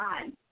time